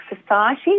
Society